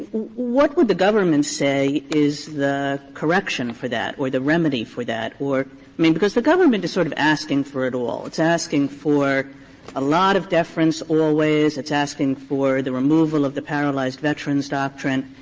what would the government say is the correction for that or the remedy for that or i mean, because the government is sort of asking for it all. it's asking for a lot of deference always, it's asking for the removal of the paralyzed veterans doctrine,